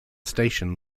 station